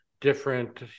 different